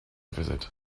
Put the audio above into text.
visit